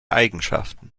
eigenschaften